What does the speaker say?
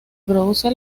produce